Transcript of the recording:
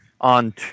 on